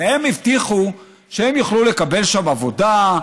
שהם יוכלו לקבל שם עבודה,